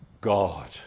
God